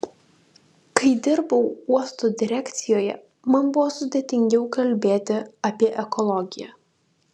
kai dirbau uosto direkcijoje man buvo sudėtingiau kalbėti apie ekologiją